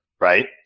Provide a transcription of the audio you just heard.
right